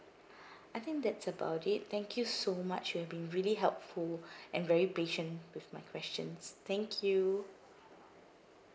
I think that's about it thank you so much you've been really helpful and very patient with my questions thank you